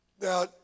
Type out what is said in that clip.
Now